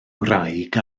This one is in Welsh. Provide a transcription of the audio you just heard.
wraig